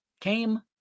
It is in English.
came